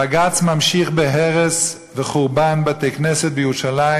בג"ץ ממשיך בהרס וחורבן בתי-כנסת בירושלים.